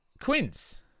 Quince